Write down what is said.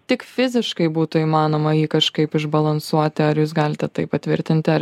tik fiziškai būtų įmanoma jį kažkaip išbalansuoti ar jūs galite tai patvirtinti ar